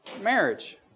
Marriage